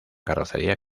carrocería